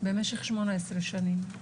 במשך 18 שנים,